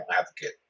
advocate